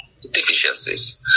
deficiencies